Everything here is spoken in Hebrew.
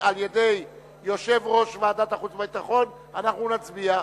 על-ידי יושב-ראש ועדת החוץ והביטחון אנחנו נצביע.